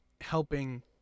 helping